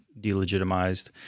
delegitimized